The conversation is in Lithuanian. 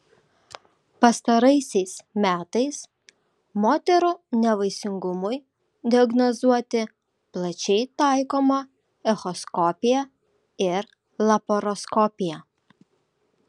pastaraisiais metais moterų nevaisingumui diagnozuoti plačiai taikoma echoskopija ir laparoskopija